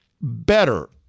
better